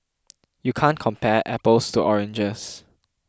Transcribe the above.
you can't compare apples to oranges